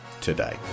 Today